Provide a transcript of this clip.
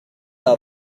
are